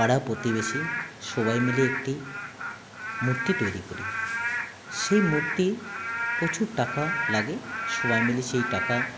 পাড়া প্রতিবেশী সবাই মিলে একটি মূর্তি তৈরি করি সেই মূর্তি প্রচুর টাকা লাগে সবাই মিলে সেই টাকা